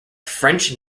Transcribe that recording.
french